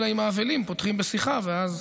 אלא אם כן האבלים פותחים בשיחה ואז,